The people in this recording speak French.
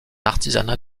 artisanat